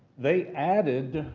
they added